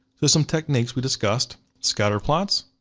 there's some techniques we discussed. scatterplots,